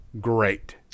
Great